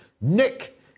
nick